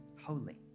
holy